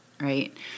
right